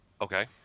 Okay